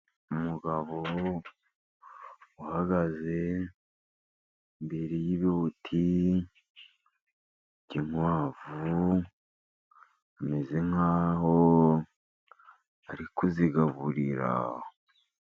Umugabo uhagaze imbere y'ibibuti by'inkwavu ameze nkaho ari kuzigaburira.